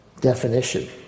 definition